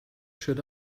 should